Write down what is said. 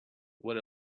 what